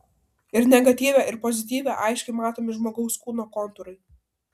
ir negatyve ir pozityve aiškiai matomi žmogaus kūno kontūrai